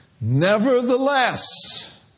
Nevertheless